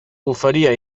oferia